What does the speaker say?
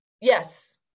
Yes